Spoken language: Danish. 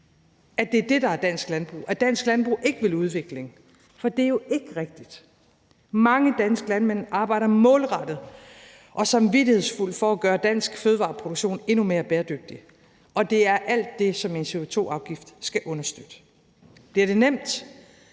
at det er det, der er dansk landbrug, og at dansk landbrug ikke vil udvikling, for det er jo ikke rigtigt. Mange danske landmænd arbejder målrettet og samvittighedsfuldt for at gøre dansk fødevareproduktion endnu mere bæredygtig, og det er alt det, som en CO2-afgift skal understøtte. Bliver det nemt?